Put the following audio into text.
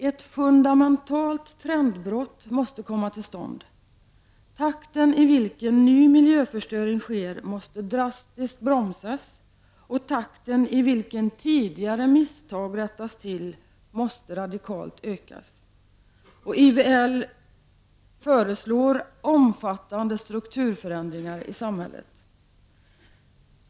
”Ett fundamentalt trendbrott måste komma till stånd. Takten i vilken ny miljöförstöring sker måste drastiskt bromsas, och takten i vilken tidigare misstag rättas till måste radikalt ökas.” IVL föreslår omfattande strukturförändringar i samhället.